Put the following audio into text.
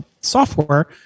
software